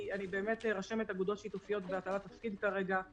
כי אני רשמת אגודות שיתופיות בהאצלת תפקיד כרגע,